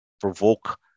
provoke